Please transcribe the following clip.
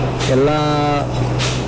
ಎಲ್ಲ